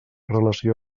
relació